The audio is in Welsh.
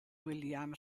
william